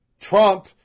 Trump